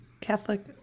catholic